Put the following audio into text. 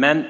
Men